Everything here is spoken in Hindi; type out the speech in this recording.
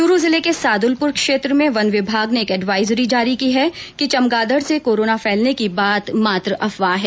च्रू जिले के सादुलपुर क्षेत्र में वन विभाग ने एक एडवाइजरी जारी की है कि चमगादड़ से कोरोना फैलने की बात मात्र अफवाह है